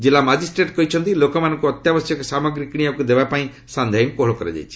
କିଲ୍ଲା ମାକିଷ୍ଟ୍ରେଟ୍ କହିଛନ୍ତି ଲୋକମାନଙ୍କୁ ଅତ୍ୟାବଶ୍ୟକ ସାମଗ୍ରୀ କିଣିବାକୁ ଦେବା ପାଇଁ ସାନ୍ଧ୍ୟ ଆଇନ୍ କୋହଳ କରାଯାଇଛି